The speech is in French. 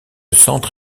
centre